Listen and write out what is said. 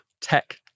tech